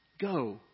Go